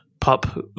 pop